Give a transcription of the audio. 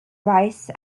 rice